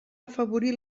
afavorir